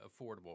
affordable